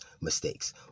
mistakes